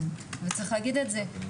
וצריך להגיד את זה.